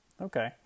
okay